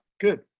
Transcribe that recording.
good